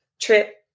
trip